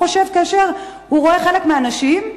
הוא חושב, כאשר הוא רואה חלק מהאנשים,